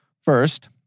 First